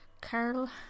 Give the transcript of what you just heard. Carl